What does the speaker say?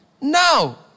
now